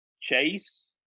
Chase